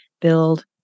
Build